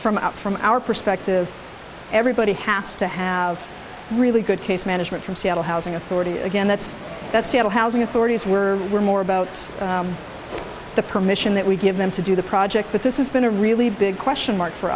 from out from our perspective everybody has to have really good case management from seattle housing authority again that's the seattle housing authorities were more about the permission that we give them to do the project but this has been a really big question mark for